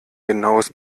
genaues